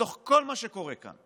בתוך כל מה שקורה כאן.